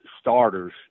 starters